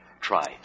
Try